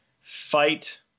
fight